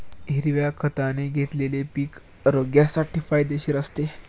हिरव्या खताने घेतलेले पीक आरोग्यासाठी फायदेशीर असते